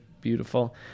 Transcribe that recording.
beautiful